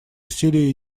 усилия